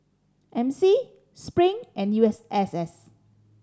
M C Spring and U S S S